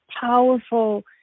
powerful